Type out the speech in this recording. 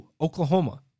Oklahoma